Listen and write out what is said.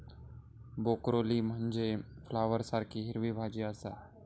broccoli म्हनजे फ्लॉवरसारखी हिरवी भाजी आसा